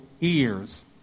ears